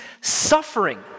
suffering